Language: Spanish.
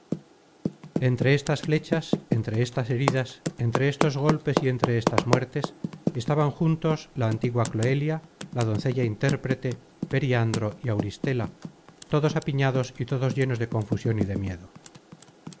entre estas flechas entre estas heridas entre estos golpes y entre estas muertes estaban juntos la antigua cloelia la doncella intérprete periandro y auristela todos apiñados y todos llenos de confusion y de miedo